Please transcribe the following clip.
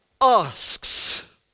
asks